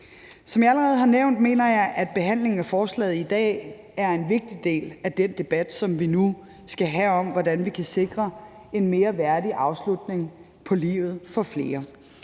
Som jeg allerede har nævnt, mener jeg, at behandlingen af forslaget i dag er en vigtig del af den debat, som vi nu skal have, om, hvordan vi kan sikre en mere værdig afslutning på livet for flere.